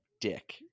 dick